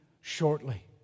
shortly